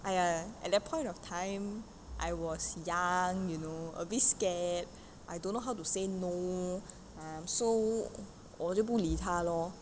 !aiya! at that point of time I was young you know a bit scared I don't know how to say no ya so 我就不理他 lor